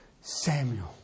Samuel